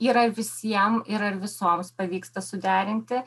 ir ar visiem ir ar visoms pavyksta suderinti